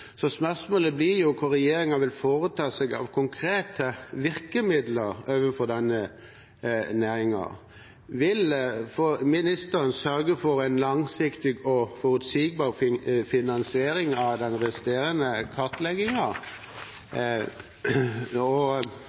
Så spørsmålet blir hva regjeringens vil bruke av konkrete virkemidler overfor denne næringen. Vil ministeren sørge for en langsiktig og forutsigbar finansiering av den resterende kartleggingen? Og